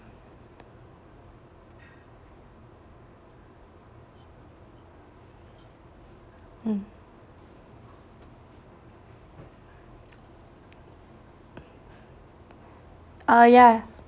mm uh yeah